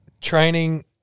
training